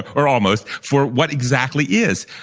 or almost for what exactly is.